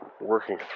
working